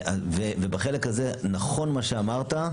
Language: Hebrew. בחלק הזה, נכון מה שאמרת,